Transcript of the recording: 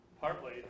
partly